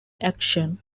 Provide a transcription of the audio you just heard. action